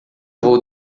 vou